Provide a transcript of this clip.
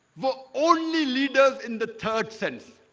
for only leaders in the third sense